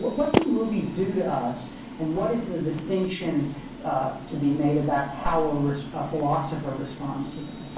what what do movies do to us and what is the distinction to be made about how a ah philosopher responses to them?